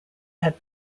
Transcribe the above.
had